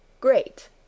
GREAT